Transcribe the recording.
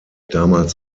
damals